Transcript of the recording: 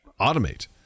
automate